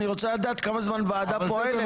אני רוצה לדעת כמה זמן ועדה פועלת?